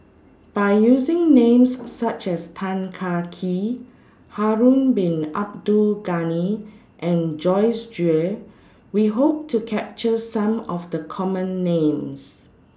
By using Names such as Tan Kah Kee Harun Bin Abdul Ghani and Joyce Jue We Hope to capture Some of The Common Names